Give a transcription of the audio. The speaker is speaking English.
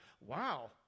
wow